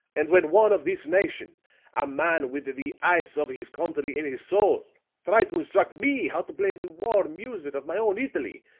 and when one of this nation a man with the ice of his country in his soul tried to instruct me how to play the warm music of my own italy,